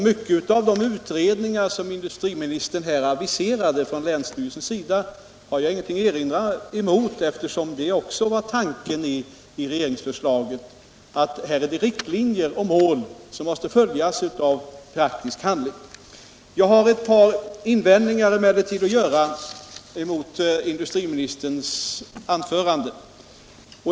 Mycket i de länsstyrelseutredningar som industriministern här aviserade har jag ingenting att erinra mot, eftersorn det också var tanken i regeringsförslaget som innehåller riktlinjer och mål som måste följas av praktisk handling. Jag har emellertid ett par invändningar mot industriministerns »nförande.